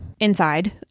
inside